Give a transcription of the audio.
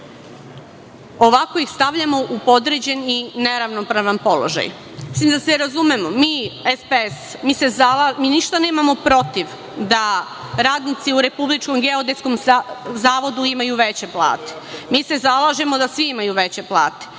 Ovako ih stavljamo u podređen i neravnopravan položaj. Da se razumemo, mi iz SPS se zalažemo, nemamo ništa protiv da radnici u Republičkom geodetskom zavodu imaju veće plate, mi se zalažemo da svi imaju veće plate,